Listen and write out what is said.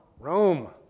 Rome